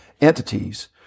entities